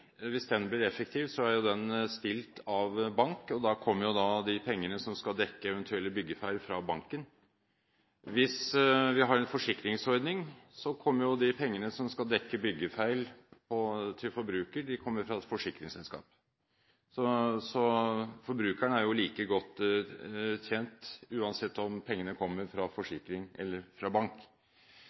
Hvis garantiordningen blir effektiv, er den stilt av bank, og da kommer pengene som skal dekke eventuelle byggefeil, fra banken. Hvis vi har en forsikringsordning, kommer pengene som skal dekke byggefeil, og som skal til forbrukerne, fra et forsikringsselskap. Så forbrukerne er like godt stilt, uansett om pengene kommer fra forsikring eller fra bank.